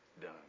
done